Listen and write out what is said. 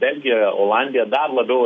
belgija olandija dar labiau